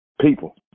people